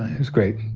it was great.